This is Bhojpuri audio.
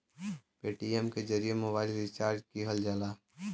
पेटीएम के जरिए मोबाइल रिचार्ज किहल जाला